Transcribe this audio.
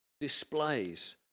displays